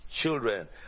Children